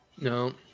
No